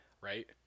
Right